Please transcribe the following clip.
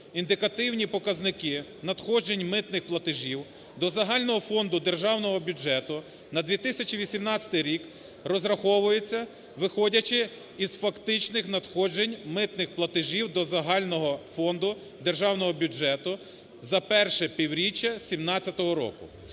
індикативні показники надходжень митних платежів до загального фонду державного бюджету на 2018 рік розраховуються виходячи із фактичних надходжень митних платежів до загального фонду державного бюджету за перше півріччя 17-го року,